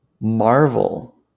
Marvel